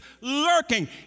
lurking